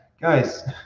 guys